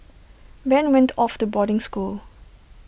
Ben went off to boarding school